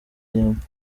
diamant